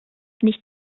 nicht